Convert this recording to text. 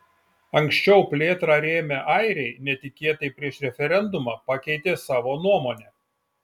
anksčiau plėtrą rėmę airiai netikėtai prieš referendumą pakeitė savo nuomonę